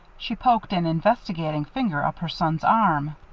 she poked an investigating finger up her son's arm.